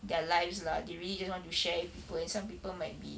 their lives lah they just really want to share with people and some people might be